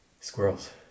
Squirrels